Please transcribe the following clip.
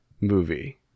movie